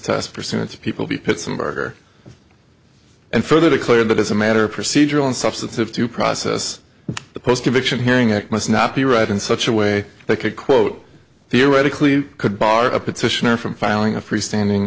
test percentage of people be pittsburgher and further declared that as a matter of procedure on substantive to process the post conviction hearing it must not be read in such a way that could quote theoretically could bar a petitioner from filing a freestanding